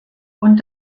und